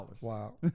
Wow